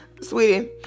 sweetie